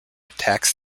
attacks